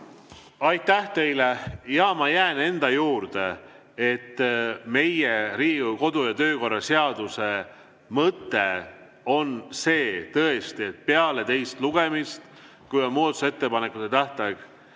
Aitäh teile! Ma jään enda juurde, et Riigikogu kodu- ja töökorra seaduse mõte on tõesti see, et peale teist lugemist, kui on muudatusettepanekute tähtaeg